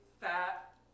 fat